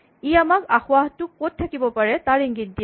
ই আমাক আসোঁৱাহটো ক'ত থাকিব পাৰে তাৰ ইংগিত দিয়ে